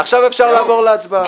עכשיו אפשר לעבור להצבעה.